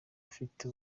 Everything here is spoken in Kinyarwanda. ufite